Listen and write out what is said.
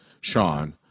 Sean